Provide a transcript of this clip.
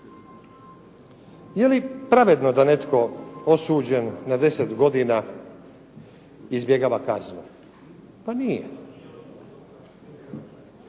Je li pravedno da netko osuđen na 10 godina izbjegava kaznu? Pa nije.